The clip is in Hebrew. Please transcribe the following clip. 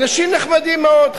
אנשים נחמדים מאוד.